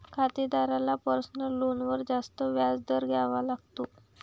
खातेदाराला पर्सनल लोनवर जास्त व्याज दर द्यावा लागतो